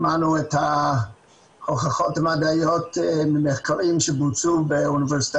שמענו את ההוכחות המדעיות ממחקרים שבוצעו באוניברסיטה